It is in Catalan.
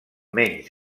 menys